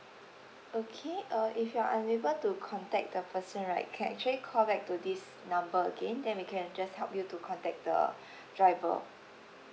okay uh if you're unable to contact the person right can actually call back to this number again then we can just help you to contact the driver